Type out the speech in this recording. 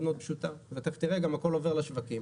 מאוד פשוטה ואתה תראה שגם הכול עובר לשווקים.